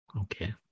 Okay